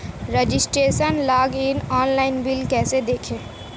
Registration login online bill कैसे देखें?